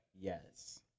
Yes